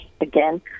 Again